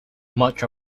much